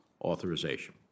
authorization